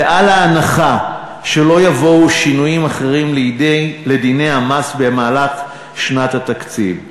ועל ההנחה שלא יבואו שינויים אחרים בדיני המס במהלך שנת התקציב.